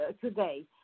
today